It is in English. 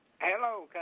Hello